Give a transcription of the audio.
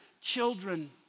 children